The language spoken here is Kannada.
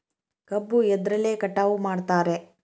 ಕಬ್ಬು ಎದ್ರಲೆ ಕಟಾವು ಮಾಡ್ತಾರ್?